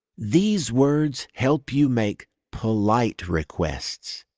these words help you make polite requests.